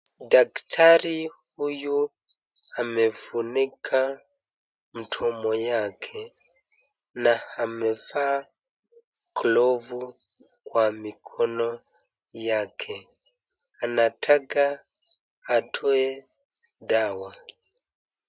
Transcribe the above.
Daktari huyu amefunika mdomo yake na amevaa glovu kwa mikono yake. Anataka atoe dawa.